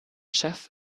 chef